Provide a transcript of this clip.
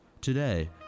Today